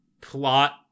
plot